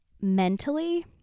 mentally